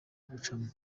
gucamo